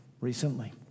recently